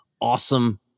awesome